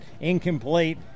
Incomplete